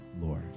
Lord